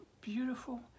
beautiful